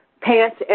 pants